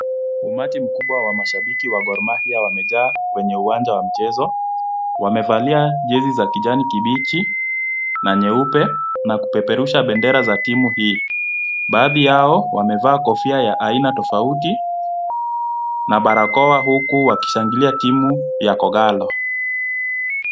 Umati mkubwa wa mashabiki wa Gor mahia wamejaa kwenye uwanja wa mchezo. Wamevalia jezi za kijani kibichi na nyeupe, na kupeperusha bendera za timu hii. Baadhii yao wamevaa kofia ya aina tofauti na barakoa, huku wakishangilia timu ya kogalo.